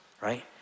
right